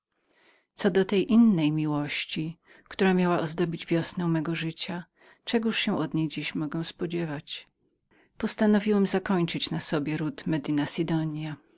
co do tej drugiej miłości która miała ozdobić wiosnę mego życia czegoż się od niej dziś mogę spodziewać postanowiłem zakończyć na sobie ród medina sidonia